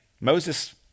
Moses